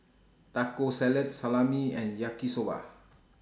Taco Salad Salami and Yaki Soba